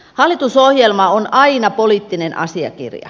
hallitusohjelma on aina poliittinen asiakirja